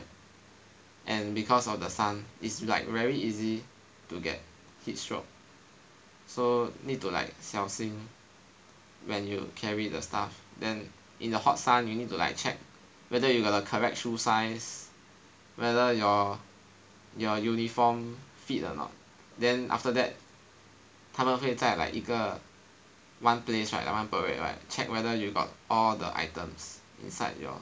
and because of the sun is like very easy to get heat stroke so need to like 小心 when you carry the stuff then in the hot sun you need to like check whether you got the correct shoe size whether your your uniform fit or not then after that 他们会在 like 一个 one place right one parade right check whether you got all the items inside your